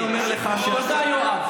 תודה, יואב.